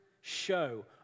show